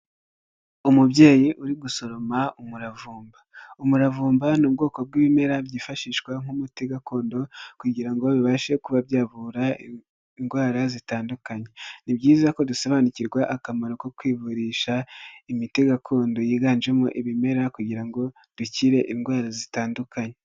Umubyeyi uri gusoroma umuravumba, umuravumba ni ubwoko bw'ibimera byifashishwa nk'umuti gakondo ,kugira ngo bibashe kuba byavura indwara zitandukanye ,ni byiza ko dusobanukirwa akamaro ko kwivurisha imiti gakondo, yiganjemo ibimera, kugira ngo dukire indwara zitandukanye.